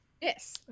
Yes